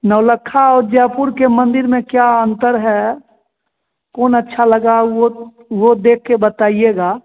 नौलक्खा और जयपुर के मंदिर में क्या अंतर है कौन अच्छा लगा वह वह देखकर बताइएगा